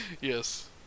Yes